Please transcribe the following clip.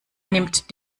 nimmt